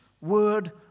word